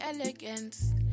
elegance